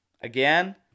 again